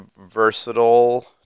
versatile